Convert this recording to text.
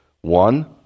One